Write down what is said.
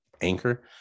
Anchor